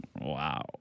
Wow